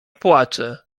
płacze